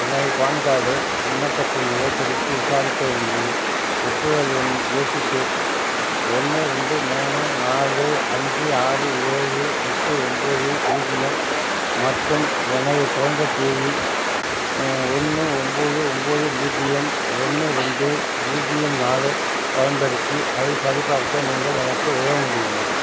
எனது PAN card விண்ணப்பத்தின் நிலைக் குறித்து விசாரிக்க விரும்புகின்றேன் ஒப்புதல் எண் ஏசிகே ஒன்று ரெண்டு மூணு நாலு அஞ்சு ஆறு ஏழு எட்டு ஒன்போது பூஜ்ஜியம் மற்றும் எனது பிறந்த தேதி ஒன்று ஒன்போது ஒன்போது பூஜ்ஜியம் ஒன்று ரெண்டு பூஜ்ஜியம் நாலைப் பயன்படுத்தி அதை சரிபார்க்க நீங்கள் எனக்கு உதவ முடியுமா